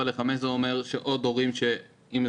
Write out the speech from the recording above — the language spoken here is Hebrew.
עד חמש שנים אומר שעוד הורים יידרשו.